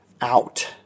out